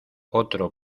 otro